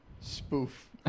spoof